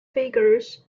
figures